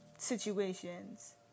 situations